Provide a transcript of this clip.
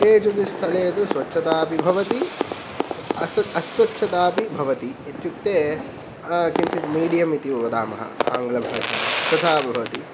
केषुचित् स्थले तु स्वच्छता अपि भवति अस्व अस्व अस्वच्छतापि भवति इत्युक्ते किञ्चित् मिडियम् इति वदामः आङ्गलभाषायां तथा भवति